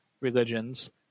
religions